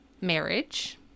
marriage